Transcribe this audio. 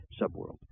subworld